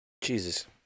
Jesus